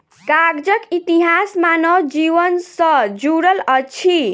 कागजक इतिहास मानव जीवन सॅ जुड़ल अछि